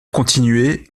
continuaient